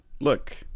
Look